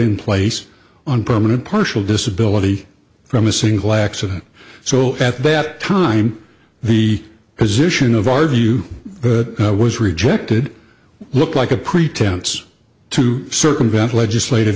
in place on permanent partial disability from a single accident so at bat time the position of our view was rejected looked like a pretense to circumvent legislative